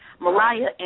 Mariah